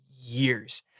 years